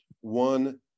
One